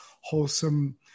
wholesome